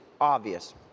obvious